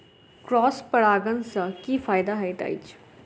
Cross परागण सँ की फायदा हएत अछि?